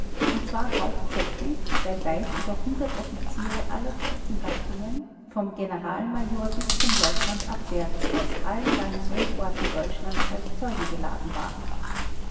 und zwar hauptsächlich weil weit über hundert offiziere aller truppengattungen vom generalmajor bis zum leutnant abwärts aus allen garnisonorten deutschlands als zeugen geladen waren